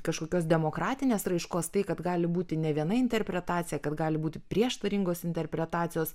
kažkokios demokratinės raiškos tai kad gali būti ne viena interpretacija kad gali būti prieštaringos interpretacijos